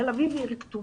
תל אביב היא עיר כתומה.